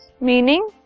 meaning